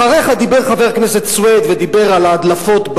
אחריך דיבר חבר הכנסת סוייד ודיבר על הדלפות,